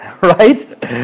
right